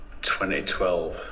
2012